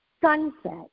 sunset